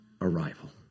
arrival